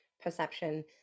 Perception